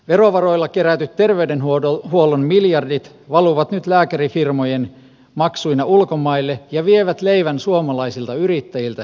verovaroilla kerätyt terveydenhuollon miljardit valuvat nyt lääkärifirmojen maksuina ulkomaille ja vievät leivän suomalaisilta yrittäjiltä ja yrityksiltä